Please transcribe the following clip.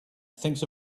thinks